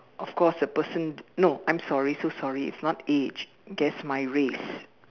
of course the person no I'm sorry so sorry it's not age guess my race